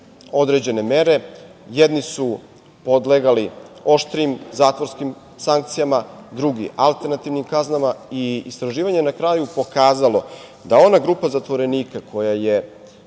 određene mere. Jedni su podlegali oštrim zatvorskim sankcijama, drugi alternativnim kaznama. Istraživanje je na kraju pokazalo da ona grupa zatvorenika koja je